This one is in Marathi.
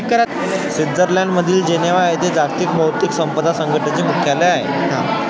स्वित्झर्लंडमधील जिनेव्हा येथे जागतिक बौद्धिक संपदा संघटनेचे मुख्यालय आहे